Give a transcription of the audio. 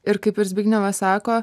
ir kaip ir zbignevas sako